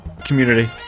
community